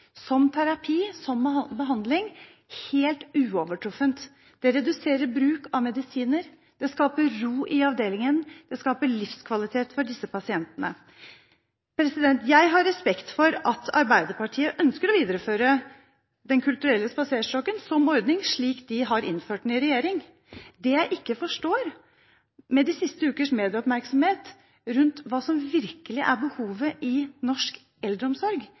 som terapi, som behandling, helt uovertruffen. Det reduserer bruk av medisiner. Det skaper ro i avdelingen. Det skaper livskvalitet for disse pasientene. Jeg har respekt for at Arbeiderpartiet ønsker å videreføre Den kulturelle spaserstokken som ordning slik de innførte den i regjering. Det jeg ikke forstår, med de siste ukers medieoppmerksomhet om hva som virkelig er behovet i norsk eldreomsorg